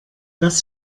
das